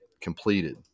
completed